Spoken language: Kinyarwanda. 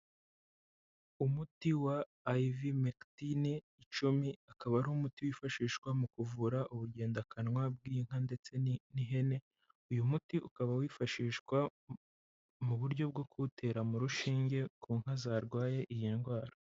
umuti wa ayivi mekitine icumi, akaba ari umuti wifashishwa mu kuvura ubugendakanwa bw'inka ndetse n'ihene. Uyu muti ukaba wifashishwa mu buryo bwo kuwutera mu rushinge ku nka zarwaye iyi ndwara.